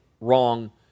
wrong